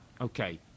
Okay